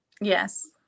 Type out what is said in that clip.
Yes